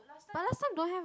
but last time don't have